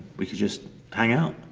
we could just hang out.